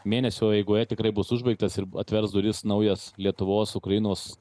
mėnesio eigoje tikrai bus užbaigtas ir atvers duris naujas lietuvos ukrainos